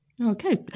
Okay